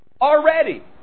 already